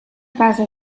casa